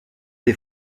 des